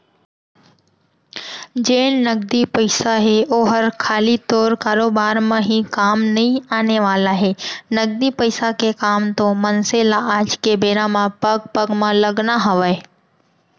जेन नगदी पइसा हे ओहर खाली तोर कारोबार म ही काम नइ आने वाला हे, नगदी पइसा के काम तो मनसे ल आज के बेरा म पग पग म लगना हवय